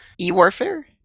E-warfare